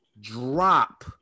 Drop